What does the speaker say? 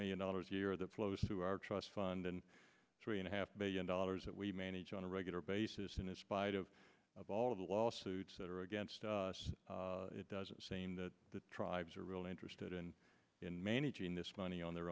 million dollars a year that flows through our trust fund and three and a half billion dollars that we manage on a regular basis in a spider of of all of the lawsuits that are against us it doesn't seem that the tribes are really interested in in managing this money on their